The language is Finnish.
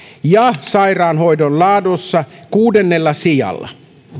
ja sairaanhoidon laadussa kuudennella sijalla